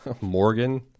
Morgan